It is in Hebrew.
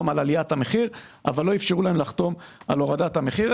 על עליית המחיר אבל לא אפשרו להם לחתום על הורדת המחיר.